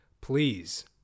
please